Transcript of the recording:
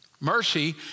mercy